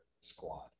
squad